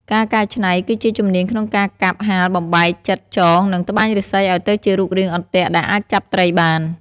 ការកែច្នៃ គឺជាជំនាញក្នុងការកាប់ ហាល បំបែក ចិត ចង និងត្បាញឫស្សីឲ្យទៅជារូបរាងអន្ទាក់ដែលអាចចាប់ត្រីបាន។